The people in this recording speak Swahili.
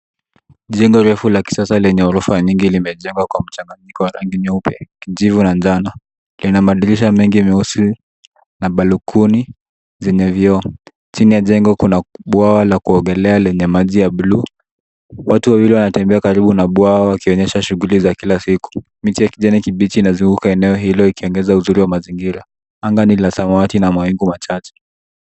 Jengo refu la kisasa lenye ghorofa nyingi limejengwa kwa mchanganyiko wa rangi nyeupe, kijivu na njano. Lina madirisha mengi meusi na balkoni zenye vioo. Chini ya jengo kuna bwawa la kuogelea lenye maji ya buluu. Watu wawili wantembea karibu na bwawa wakionyesha shughuli za kilasiku. Miti ya kijani kibichi inazunguka eneo hilo ikiongeza uzuri wa mazingira. Anga ni la samawati na la mawingu machache.